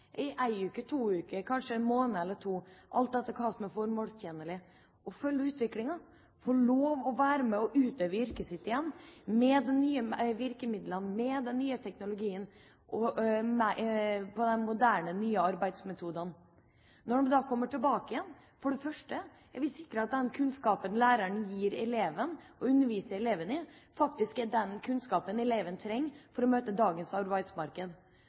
i en uke, to uker, kanskje en måned eller to, alt etter hva som er formålstjenlig, for å følge utviklingen, få lov å være med og utøve yrket sitt igjen med de nye virkemidlene, med den nye teknologien og de nye, moderne arbeidsmetodene. Når de da kommer tilbake, er vi for det første sikret at den kunnskapen læreren gir eleven og underviser eleven i, faktisk er den kunnskapen eleven trenger for å møte dagens arbeidsmarked.